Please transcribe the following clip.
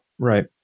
Right